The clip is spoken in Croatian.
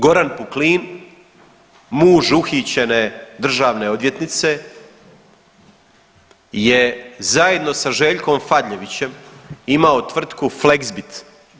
Goran Puklin, muž uhićene državne odvjetnice je zajedno sa Željkom Fadljevićem imao tvrtku Fleksbit.